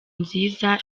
nziza